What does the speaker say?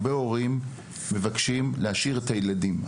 וגם בחברה הכללית הורים רבים מבקשים להשאיר את הילדים בבית.